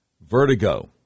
Vertigo